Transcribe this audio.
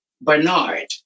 Bernard